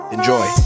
Enjoy